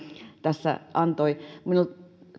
tässä antoi